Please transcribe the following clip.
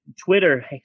Twitter